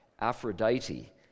Aphrodite